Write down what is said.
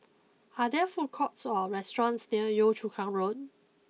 are there food courts or restaurants near Yio Chu Kang Road